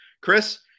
Chris